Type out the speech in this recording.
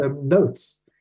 notes